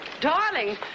darling